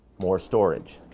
more storage.